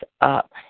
up